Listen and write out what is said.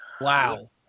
Wow